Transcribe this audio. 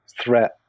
threat